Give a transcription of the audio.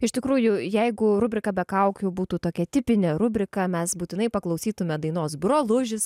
iš tikrųjų jeigu rubrika be kaukių būtų tokia tipinė rubrika mes būtinai paklausytume dainos brolužis